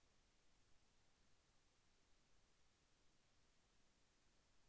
ఒక ఎకరా మిర్చీకి పొటాషియం ఎంత వెయ్యాలి?